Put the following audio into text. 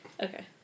Okay